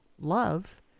love